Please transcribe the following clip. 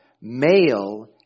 male